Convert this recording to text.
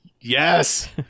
yes